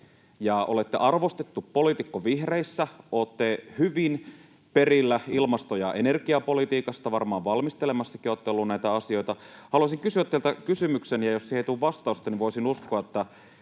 olette arvostettu poliitikko vihreissä, olette hyvin perillä ilmasto- ja energiapolitiikasta, varmaan olette olleet valmistelemassakin näitä asioita. Haluaisin kysyä teiltä kysymyksen, ja jos siihen ei tule vastausta, niin voisin uskoa, että